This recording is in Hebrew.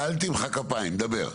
אוקיי, אל תמחא כפיים, תדבר.